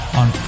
on